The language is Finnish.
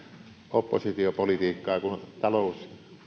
oppositiopolitiikkaa kun talous